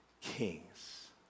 kings